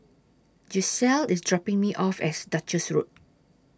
Gisselle IS dropping Me off At Duchess Road